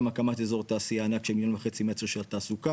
הקמת אזור תעשייה ענק של מיליון וחצי מטר של התעסוקה.